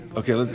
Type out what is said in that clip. okay